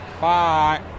Bye